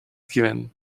given